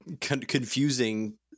confusing